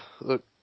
Look